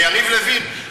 שיריב לוין,